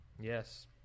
Yes